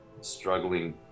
struggling